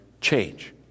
change